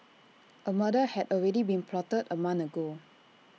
A murder had already been plotted A month ago